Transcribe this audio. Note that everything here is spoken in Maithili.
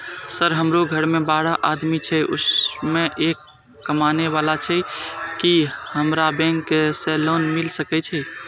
सर हमरो घर में बारह आदमी छे उसमें एक कमाने वाला छे की हमरा बैंक से लोन मिल सके छे?